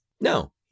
No